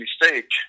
mistake